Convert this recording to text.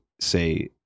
say